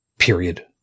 Period